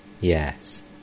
Yes